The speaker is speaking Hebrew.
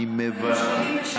40 שקלים לשעה,